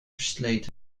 versleten